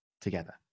together